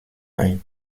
ein